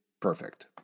perfect